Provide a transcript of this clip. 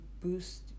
boost